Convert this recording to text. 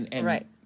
Right